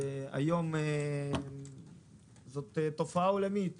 היום זאת תופעה עולמית